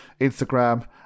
Instagram